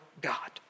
God